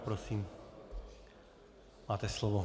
Prosím, máte slovo.